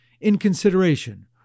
inconsideration